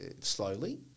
slowly